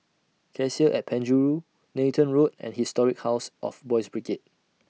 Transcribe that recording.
Cassia At Penjuru Nathan Road and Historic House of Boys' Brigade